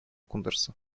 кундерса